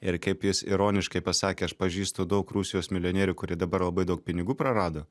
ir kaip jis ironiškai pasakė aš pažįstu daug rusijos milijonierių kurie dabar labai daug pinigų prarado